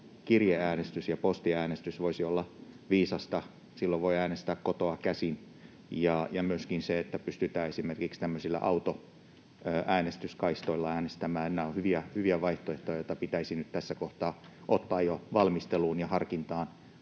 ja postiäänestys voisi olla viisasta — silloin voi äänestää kotoa käsin — ja myöskin se, että pystytään esimerkiksi autoäänestyskaistoilla äänestämään. Nämä ovat hyviä vaihtoehtoja, joita pitäisi nyt tässä kohtaa jo ottaa valmisteluun ja harkintaan,